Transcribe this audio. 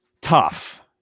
tough